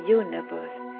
universe